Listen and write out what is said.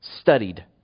studied